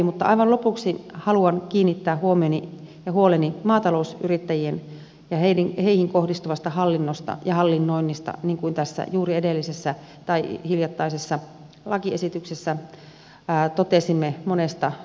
mutta aivan lopuksi haluan kiinnittää huomioni maatalousyrittäjiin ja esittää huoleni heihin kohdistuvasta hallinnosta ja hallinnoinnista niin kuin tässä juuri hiljattaisen lakiesityksen yhteydessä totesimme monesta suusta